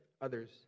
others